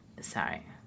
Sorry